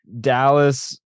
Dallas